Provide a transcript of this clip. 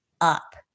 up